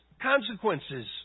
consequences